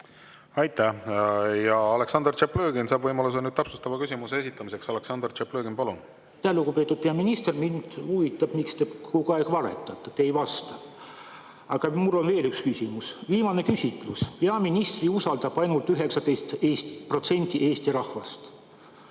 Aitäh! Aleksandr Tšaplõgin saab võimaluse nüüd täpsustava küsimuse esitamiseks. Aleksandr Tšaplõgin, palun! Aitäh! Lugupeetud peaminister! Mind huvitab, miks te kogu aeg valetate. Te ei vasta. Aga mul on veel üks küsimus. Viimane küsitlus: peaministrit usaldab ainult 19% Eesti rahvast.